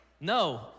No